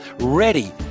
ready